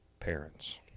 parents